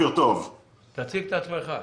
תציג את עצמך.